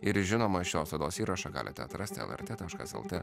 ir žinoma šios laidos įrašą galite atrasti lrt taškas lt